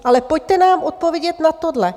Ale pojďte nám odpovědět na tohle.